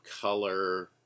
color